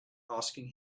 asking